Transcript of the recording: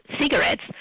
cigarettes